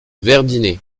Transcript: verdinet